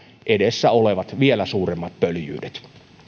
edessä olevat vielä suuremmat pöljyydet